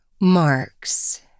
marks